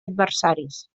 adversaris